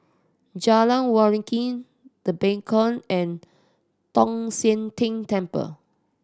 Jalan Waringin The Beacon and Tong Sian Tng Temple